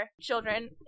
children